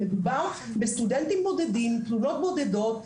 מדובר בסטודנטים בודדים, בתלונות בודדות.